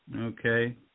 okay